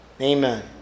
amen